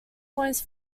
points